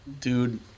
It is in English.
dude